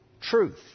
truth